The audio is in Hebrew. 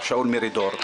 מר שאול מרידור,